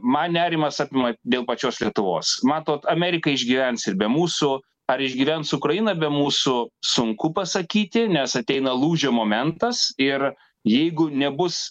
man nerimas apima dėl pačios lietuvos matot amerika išgyvens ir be mūsų ar išgyvens ukraina be mūsų sunku pasakyti nes ateina lūžio momentas ir jeigu nebus